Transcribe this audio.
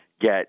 get